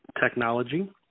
technology